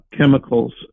chemicals